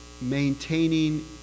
maintaining